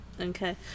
Okay